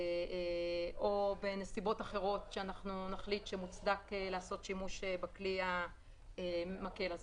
או בנסיבות אחרות שאנחנו נחליט שמוצדק לעשות שימוש בכלי המקל הזה.